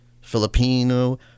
Filipino